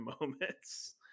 moments